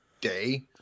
day